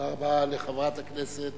תודה רבה לחברת הכנסת